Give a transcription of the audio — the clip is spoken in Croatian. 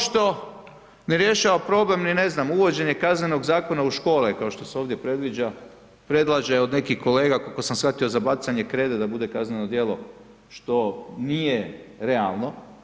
Kao što ne rješava problem ni ne znam uvođenje Kaznenog zakona u škole kao što se ovdje predviđa, predlaže od nekih kolega koliko sam shvatio za bacanje krede da bude kazneno djelo što nije realno.